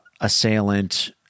assailant